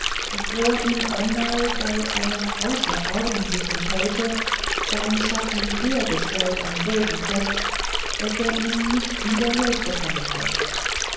fror ihm einmal bei einer außerordentlichen kälte sein schatten dergestalt am boden fest daß er ihn nicht wieder los bekommen konnte